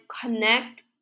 connect